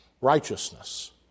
righteousness